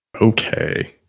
Okay